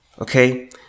Okay